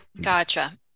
Gotcha